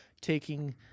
taking